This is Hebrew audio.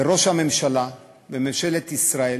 וראש הממשלה וממשלת ישראל